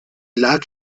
lag